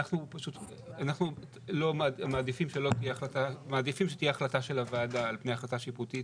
אנחנו מעדיפים שתהיה החלטה של הוועדה על פני החלטה שיפוטית.